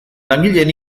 langileen